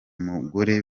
mugore